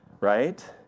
right